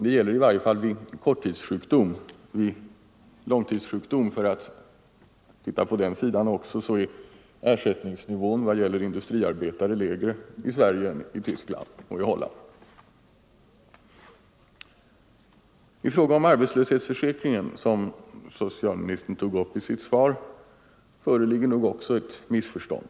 Det gäller i varje fall vid korttidssjukdom. Vid långtidssjukdom, för att se också på den sidan, är dock ersättningsnivån vad gäller industriarbetare lägre i Sverige än i Tyskland och i Holland. I fråga om arbetslöshetsförsäkring, som socialministern tog upp i sitt svar, föreligger också ett missförstånd.